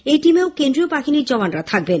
এই টিমেও কেন্দ্রীয় বাহিনীর জওয়ানরা থাকবেন